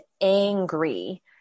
angry